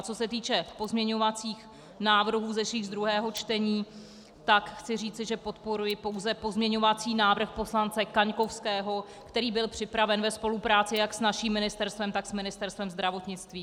Co se týče pozměňovacích návrhů vzešlých z druhého čtení, tak chci říci, že podporuji pouze pozměňovací návrh poslance Kaňkovského, který byl připraven ve spolupráci jak s naším ministerstvem, tak s ministerstvem zdravotnictví.